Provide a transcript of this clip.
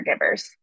caregivers